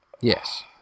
Yes